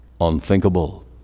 unthinkable